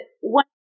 one